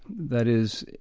that is,